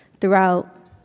throughout